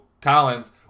Collins